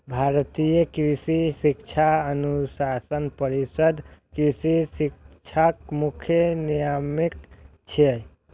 भारतीय कृषि शिक्षा अनुसंधान परिषद कृषि शिक्षाक मुख्य नियामक छियै